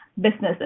businesses